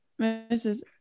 Mrs